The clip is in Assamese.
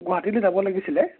গুৱাহাটীলৈ যাব লাগিছিলে